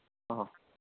ꯑꯣ